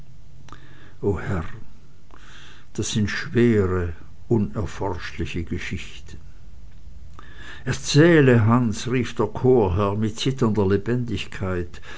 das sind schwere unerforschliche geschichten erzähle hans rief der chorherr mit zitternder lebendigkeit